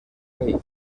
rey